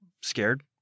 scared